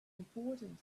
important